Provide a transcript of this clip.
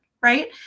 Right